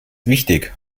wichtig